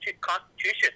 constitution